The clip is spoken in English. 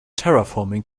terraforming